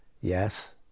Yes